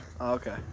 okay